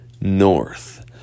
north